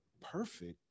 perfect